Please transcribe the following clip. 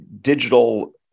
digital